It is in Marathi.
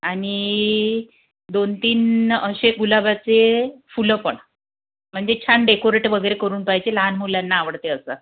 आणि दोन तीन असे गुलाबाचे फुलं पण म्हणजे छान डेकोरेट वगैरे करून पाहिजे लहान मुलांना आवडते असा